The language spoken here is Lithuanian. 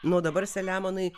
nu o dabar selemonai